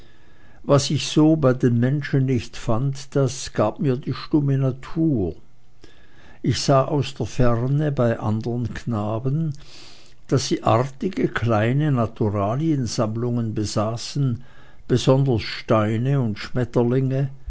was ich so bei den menschen nicht fand das gab mir die stumme natur ich sah aus der ferne bei andern knaben daß sie artige kleine naturaliensammlungen besaßen besonders steine und schmetterlinge